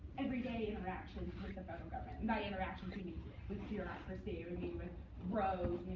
everyday interactions with the federal government. and by interactions, we mean with bureaucracy. we mean with roads.